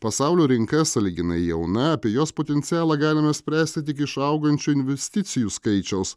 pasaulio rinka sąlyginai jauna apie jos potencialą galime spręsti tik iš augančių investicijų skaičiaus